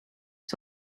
het